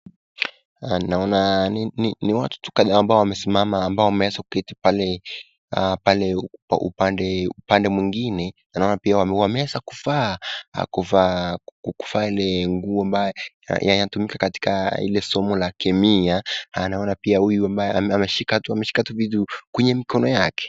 Naona ni watu tu kadhaa ambao wamesimama ama wameweza kuketi pale kwa upande mwingine, naona pia wameeza kuvaa ile nguo ambayo yenye inatumika katika ile somo ya kemia, naona pia huyu ambaye ameshika tu vitu kwenye mikono yake.